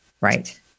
right